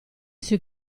sui